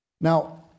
Now